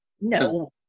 No